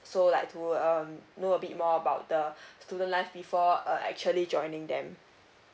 so like to um know a bit more about the student life before uh actually joining them